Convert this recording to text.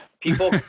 people